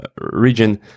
region